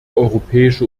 europäische